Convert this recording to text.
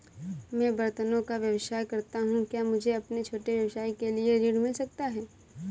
मैं बर्तनों का व्यवसाय करता हूँ क्या मुझे अपने छोटे व्यवसाय के लिए ऋण मिल सकता है?